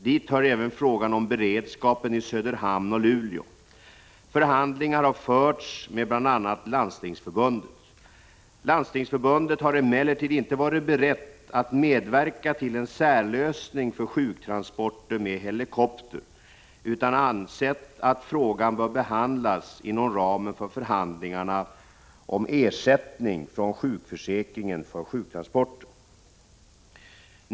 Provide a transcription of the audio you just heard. Dit hör även frågan om beredskapen i Söderhamn och Luleå. Förhandlingar har förts med bl.a. Landstingsförbundet. Landstingsförbundet har emellertid inte varit berett att medverka till en särlösning för sjuktransporter med helikopter utan ansett att frågan bör behandlas inom ramen för förhandlingarna om ersättning från sjukförsäkringen för sjuktransporter.